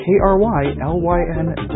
K-R-Y-L-Y-N